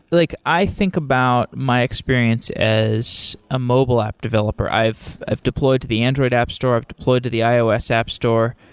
like i think about my experience as a mobile app developer. i've i've deployed to the android app store, i've deployed to the ios app store,